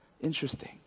Interesting